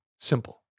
Simple